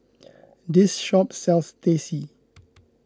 this shop sells Teh C